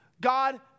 God